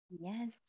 yes